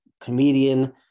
comedian